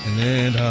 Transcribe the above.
and